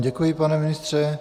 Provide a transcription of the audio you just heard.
Děkuji vám, pane ministře.